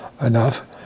enough